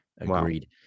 Agreed